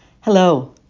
Hello